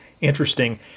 interesting